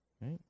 Right